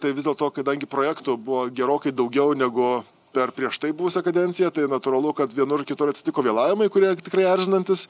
tai vis dėlto kadangi projektų buvo gerokai daugiau negu per prieš tai buvusią kadenciją tai natūralu kad vienur kitur atsitiko vėlavimai kurie tikrai erzinantys